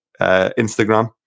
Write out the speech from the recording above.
Instagram